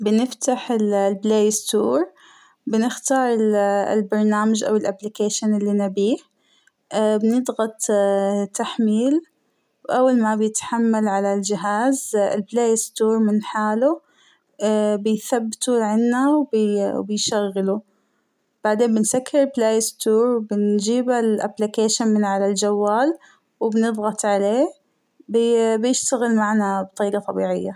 بنفتح ال -البلاى ستور ، بنختار ال - البرنامج أو الأبلكيشن اللى نبيه ،ااا- بنضغط تحميل ،أول ما بيتحمل على الجهاز البلاى ستور من حاله اا- بيثبته عنا وبيشغله ، بعدين بنسكر البلاى ستور، وبنجيب الأبلكيشن من على الجوال ، وبنضعط عليه بى - بيشتغل معنا بطريقة طبيعية.